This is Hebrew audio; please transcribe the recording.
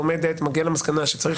לומדת ומגיעה למסקנה שצריך,